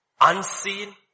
unseen